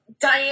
Diane